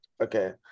Okay